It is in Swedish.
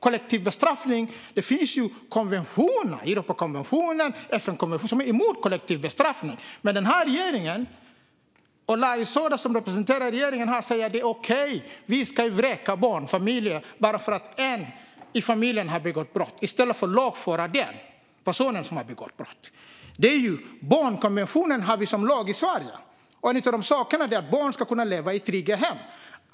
Det finns konventioner, Europakonventionen och FN-konventioner, som är emot kollektiv bestraffning, men regeringen och dess representant Larry Söder säger att det är okej att vräka barnfamiljer bara för att en i familjen har begått brott. Lagför i stället den som har begått brott! Barnkonventionen är lag i Sverige, och enligt den har barn rätt till ett tryggt hem.